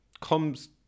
comes